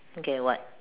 okay what